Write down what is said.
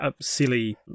silly